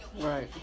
right